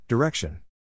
Direction